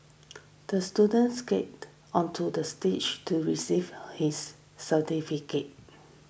the student skated onto the stage to receive his certificate